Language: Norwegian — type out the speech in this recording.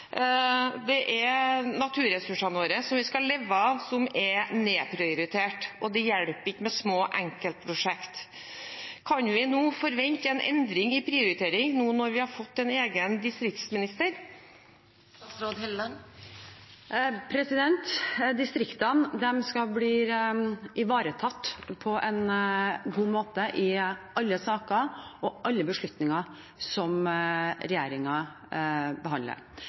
Naturressursene våre, som vi skal leve av, er nedprioritert, og det hjelper ikke med små enkeltprosjekter. Kan vi nå forvente en endring i prioritering, nå når vi har fått en egen distriktsminister? Distriktene skal bli ivaretatt på en god måte i alle saker og alle beslutninger som regjeringen behandler.